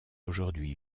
aujourd’hui